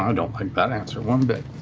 um don't like that answer one bit.